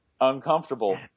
Uncomfortable